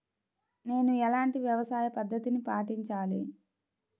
నేను ఎలాంటి వ్యవసాయ పద్ధతిని పాటించాలి?